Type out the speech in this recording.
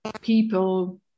people